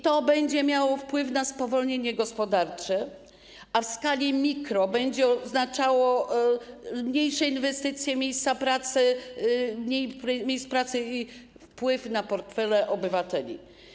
To będzie miało wpływ na spowolnienie gospodarcze, a w skali mikro będzie oznaczało mniejsze inwestycje, mniej miejsc pracy i wpłynie na portfele obywateli.